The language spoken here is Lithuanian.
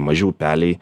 maži upeliai